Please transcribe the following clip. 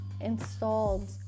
installed